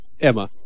Emma